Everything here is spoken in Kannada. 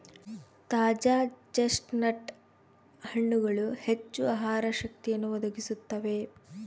ತಾಜಾ ಚೆಸ್ಟ್ನಟ್ ಹಣ್ಣುಗಳು ಹೆಚ್ಚು ಆಹಾರ ಶಕ್ತಿಯನ್ನು ಒದಗಿಸುತ್ತವೆ